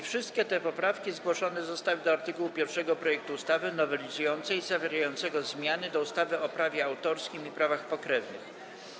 Wszystkie te poprawki zgłoszone zostały do art. 1 projektu ustawy nowelizującej zawierającego zmiany do ustawy o prawie autorskim i prawach pokrewnych.